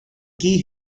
key